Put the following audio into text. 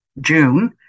June